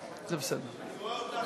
נתקבלה.